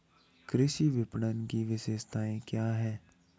कृषि विपणन की विशेषताएं क्या हैं?